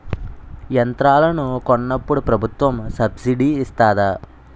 యంత్రాలను కొన్నప్పుడు ప్రభుత్వం సబ్ స్సిడీ ఇస్తాధా?